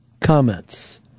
comments